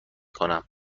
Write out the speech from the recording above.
کنم